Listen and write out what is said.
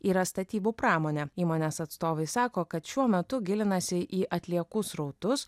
yra statybų pramonė įmonės atstovai sako kad šiuo metu gilinasi į atliekų srautus